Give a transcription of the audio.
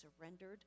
surrendered